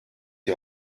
die